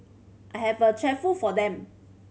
I have a chauffeur for them